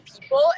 people